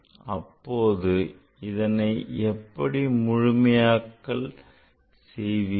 அப்போது இதனை எப்படி முழுமையாக்கல் செய்வீர்கள்